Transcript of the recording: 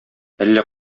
әллә